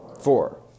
Four